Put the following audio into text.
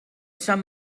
sant